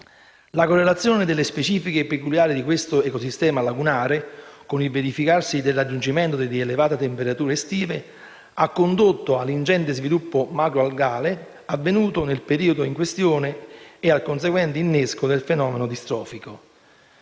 La correlazione delle specifiche peculiari di questo ecosistema lagunare, con il verificarsi del raggiungimento di elevate temperature estive, ha condotto all'ingente sviluppo macroalgale avvenuto nel periodo in questione e al conseguente innesco del fenomeno distrofico.